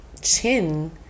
chin